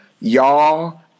y'all